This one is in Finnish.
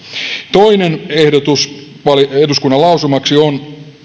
toinen ehdotus eduskunnan lausumaksi on